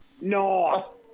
No